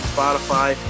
Spotify